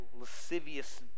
lascivious